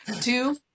Two